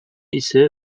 ise